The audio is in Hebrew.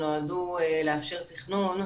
שנועדו לאפשר תכנון,